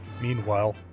Meanwhile